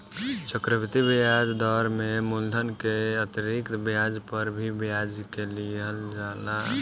चक्रवृद्धि ब्याज दर में मूलधन के अतिरिक्त ब्याज पर भी ब्याज के लिहल जाला